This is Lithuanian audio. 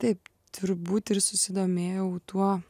taip turbūt ir susidomėjau tuo